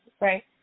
Right